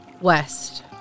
West